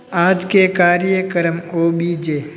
आज के कार्यक्रम ओ बी जे